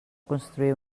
construir